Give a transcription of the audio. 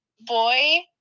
boy